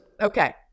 Okay